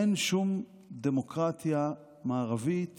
אין שום דמוקרטיה מערבית